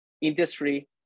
industry